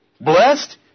blessed